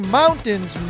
mountains